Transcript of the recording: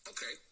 Okay